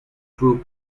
drupe